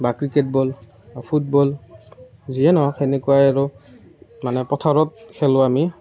বা cricket ball football যিয়েই নহওক সেনেকুৱাই আৰু মানে পথাৰত খেলোঁ আমি